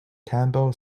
campbell